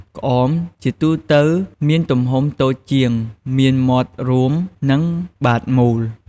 ក្អម ជាទូទៅមានទំហំតូចជាង មានមាត់រួម និងបាតមូល។